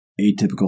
atypical